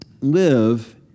live